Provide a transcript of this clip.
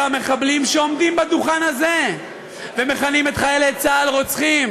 המחבלים שעומדים ליד הדוכן הזה ומכנים את חיילי צה"ל רוצחים,